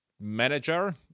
manager